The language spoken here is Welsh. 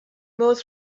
modd